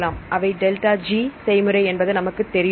அவை delta G செய்முறை என்பது நமக்குத் தெரியும்